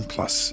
Plus